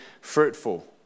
fruitful